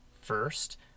first